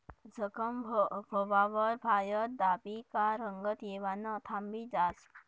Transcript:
जखम व्हवावर हायद दाबी का रंगत येवानं थांबी जास